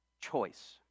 choice